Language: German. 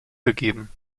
gegeben